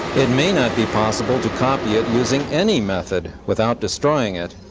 it may not be possible to copy it using any method without destroying it.